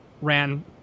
ran